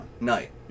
night